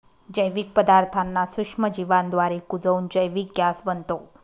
जैविक पदार्थांना सूक्ष्मजीवांद्वारे कुजवून जैविक गॅस बनतो